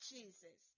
Jesus